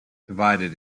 divided